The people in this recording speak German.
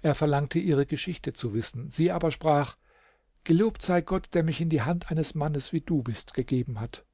er verlangte ihre geschichte zu wissen sie aber sprach gelobt sei gott der mich in die hand eines mannes wie du bist gegeben hat